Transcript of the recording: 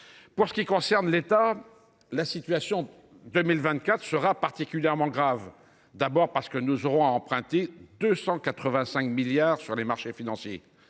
Pour ce qui concerne l’État, la situation en 2024 sera particulièrement grave, d’abord, parce que nous aurons à emprunter 285 milliards d’euros sur les marchés financiers,